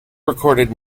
recorded